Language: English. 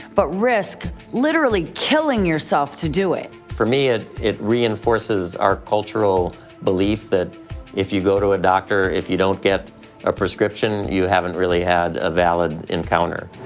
but risk literally killing yourself to do it! for me, it it reinforces our cultural belief that if you go to a doctor, if you don't get a prescription, you haven't really had a valid encounter.